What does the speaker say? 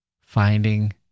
finding